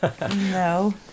No